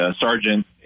sergeant